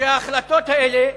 שההחלטות האלה,